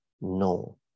no